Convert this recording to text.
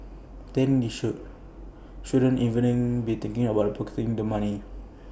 and you shouldn't even be thinking about pocketing the money